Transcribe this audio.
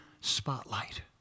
spotlight